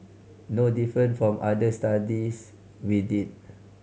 no different from other studies we did